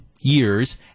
years